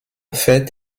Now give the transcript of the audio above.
fait